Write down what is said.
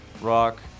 rock